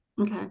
okay